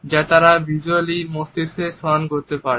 যা তারা ভিস্যুয়ালি মস্তিষ্কে স্মরণ করতে পারবে